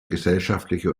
gesellschaftliche